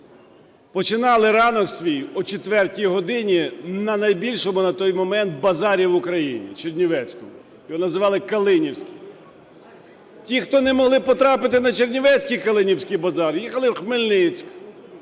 починали ранок свій о 4 годині на найбільшому на той момент базарі в Україні – чернівецькому, його називали "калинівський". Ті, хто не могли потрапити на чернівецький калинівський базар, їхали в Хмельницьк.